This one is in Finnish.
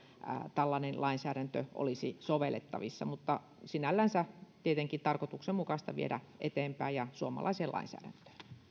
tällainen lainsäädäntö olisi sovellettavissa sinällänsä on tietenkin tarkoituksenmukaista viedä tätä eteenpäin ja suomalaiseen lainsäädäntöön